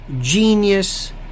genius